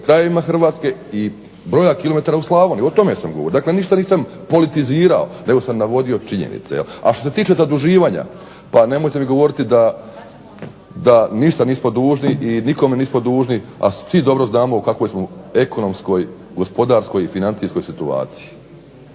krajevima Hrvatske i broja kilometara u Slavoniji. Dakle, o tome sam govorio. Dakle, ništa nisam politizirao nego sam navodio činjenice jel'. A što se tiče zaduživanja pa nemojte mi govoriti da ništa nismo dužni i nikome nismo dužni, a svi dobro znamo u kakvoj smo ekonomskoj gospodarskoj i financijskoj situaciji.